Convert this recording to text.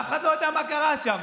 ואף אחד לא יודע מה קרה שם.